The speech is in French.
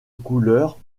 couleur